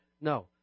No